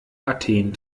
athen